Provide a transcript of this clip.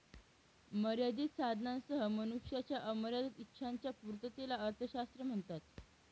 मर्यादित साधनांसह मनुष्याच्या अमर्याद इच्छांच्या पूर्ततेला अर्थशास्त्र म्हणतात